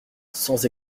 sans